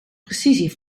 precisie